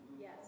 Yes